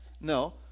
No